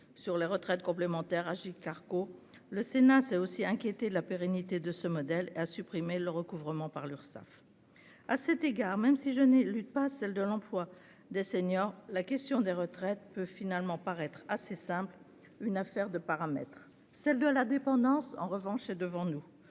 des retraites complémentaires Agirc-Arrco, le Sénat s'est aussi inquiété de la pérennité de ce modèle et a supprimé le recouvrement par l'Urssaf. À cet égard, même si je n'élude pas celle de l'emploi des seniors, la question des retraites peut finalement paraître assez simple, une affaire de paramètres ... Celle de la dépendance est, en revanche, devant nous.